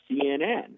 CNN